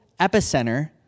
epicenter